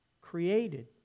created